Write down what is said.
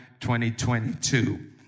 2022